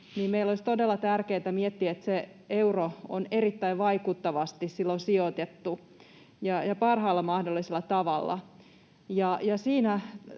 meidän olisi todella tärkeätä miettiä, että se euro on silloin erittäin vaikuttavasti ja parhaalla mahdollisella tavalla